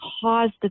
caused